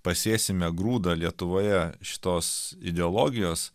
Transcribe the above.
pasėsime grūdą lietuvoje šitos ideologijos